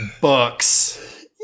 books